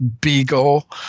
Beagle